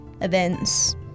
events